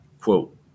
quote